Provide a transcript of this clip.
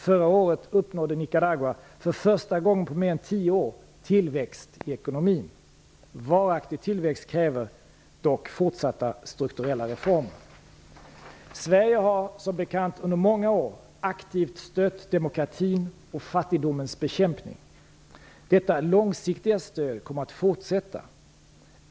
Förra året uppnådde Nicaragua för första gången på mer än tio år tillväxt i ekonomin. Varaktig tillväxt kräver fortsatta strukturella reformer. Sverige har, som bekant, under många år aktivt stött demokratin och fattigdomens bekämpning. Detta långsiktiga stöd kommer att fortsätta.